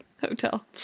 hotel